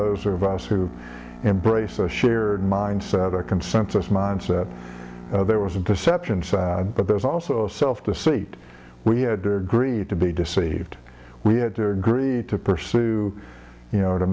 those of us who embrace a shared mindset a consensus mindset there was a perception but there's also a self deceit we had to agree to be deceived we had to agree to pursue you know to